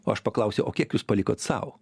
o aš paklausiu o kiek jūs palikote sau